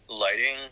lighting